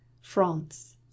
France